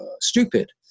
stupid